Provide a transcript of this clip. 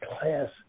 class